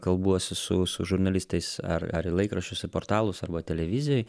kalbuosi su su žurnalistais ar ar į laikraščius į portalus arba televizijoj